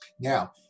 Now